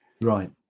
Right